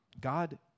God